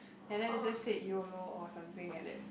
and then you just said yolo or something like that